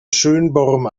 schönborn